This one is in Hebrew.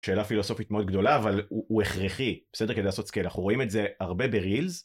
שאלה פילוסופית מאוד גדולה אבל הוא הכרחי. בסדר? כדי לעשות סקייל. אנחנו רואים את זה הרבה ברילס.